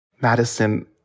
Madison